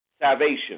salvation